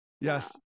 Yes